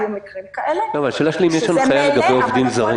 היו דברים כאלה -- השאלה שלי היא אם יש הנחיה לגבי עובדים זרים.